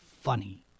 funny